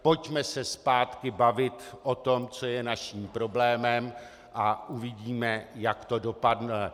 Pojďme se zpátky bavit o tom, co je naším problémem, a uvidíme, jak to dopadne.